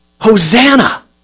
Hosanna